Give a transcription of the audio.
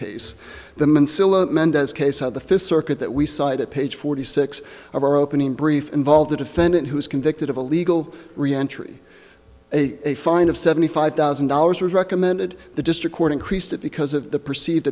case the mendez case of the fifth circuit that we cited at page forty six of our opening brief involved a defendant who was convicted of a legal reentry a fine of seventy five thousand dollars was recommended the district court increased it because of the perceived